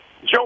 Joe